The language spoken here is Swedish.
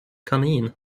kanin